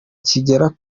kigera